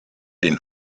den